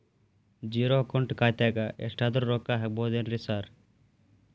Zero account ಖಾತ್ಯಾಗ ಎಷ್ಟಾದ್ರೂ ರೊಕ್ಕ ಹಾಕ್ಬೋದೇನ್ರಿ ಸಾರ್?